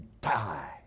die